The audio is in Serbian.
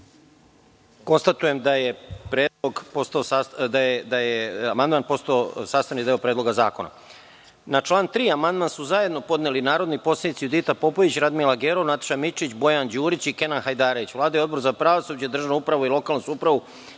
Konstatujem da je amandman postao sastavni deo Predloga zakona. Na član 3. amandman su zajedno podneli narodni poslanici Judita Popović, Radmila Gerov, Nataša Mićić, Bojan Đurić i Kenan Hajdarević. Vlada i Odbor za pravosuđe, državnu upravu i lokalnu samoupravu